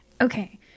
Okay